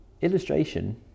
illustration